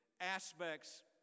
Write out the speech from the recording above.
aspects